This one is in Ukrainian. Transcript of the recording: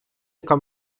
яка